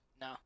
No